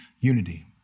unity